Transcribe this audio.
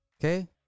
Okay